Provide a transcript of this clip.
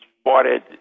spotted